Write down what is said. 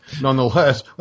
nonetheless